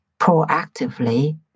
proactively